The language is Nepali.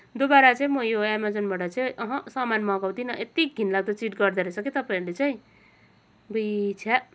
दोबारा चाहिँ म यो अमेजनबाट चाहिँ अह सामान मगाउँदिन यति घनलाग्दो चिट गर्दो रेहछ कि तपाईँहरूले चाहिँ अबुई छ्याः